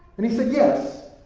and he said, yes.